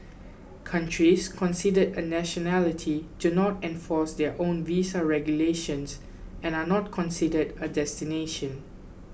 countries considered a nationality do not enforce their own visa regulations and are not considered a destination